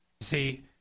see